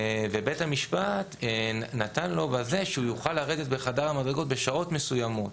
ובית המשפט נתן לו שהוא יוכל לרדת בחדר המדרגות בשעות מסוימות.